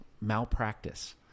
malpractice